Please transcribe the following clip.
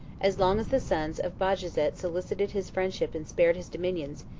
as long as the sons of bajazet solicited his friendship and spared his dominions,